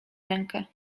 rękę